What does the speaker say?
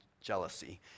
jealousy